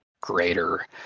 greater